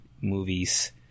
movies